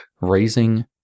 raising